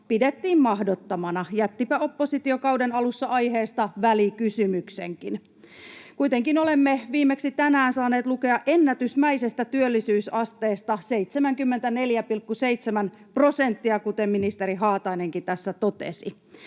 pidettiin mahdottomana. Jättipä oppositio kauden alussa aiheesta välikysymyksenkin. Kuitenkin olemme viimeksi tänään saaneet lukea ennätysmäisestä työllisyysasteesta — 74,7 prosenttia — kuten ministeri Haatainenkin tässä totesi.